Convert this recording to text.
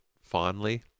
fondly